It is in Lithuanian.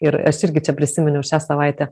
ir aš irgi čia prisiminiau šią savaitę